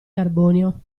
carbonio